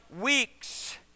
weeks